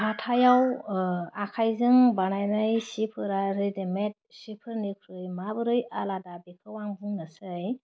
हाथाइयाव आखाइजों बानायनाय सिफोरा रेदिमेट सिफोरनिख्रुइ माबोरै आलादा बेखौ आं बुंनोसै